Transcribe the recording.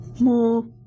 more